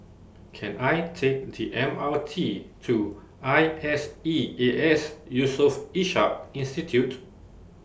Can I Take The M R T to I S E A S Yusof Ishak Institute